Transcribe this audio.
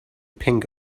pink